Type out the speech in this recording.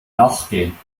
nachgehen